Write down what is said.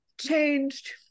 changed